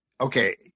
okay